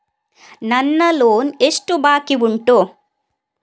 ನನ್ನ ಲೋನ್ ಎಷ್ಟು ಬಾಕಿ ಉಂಟು?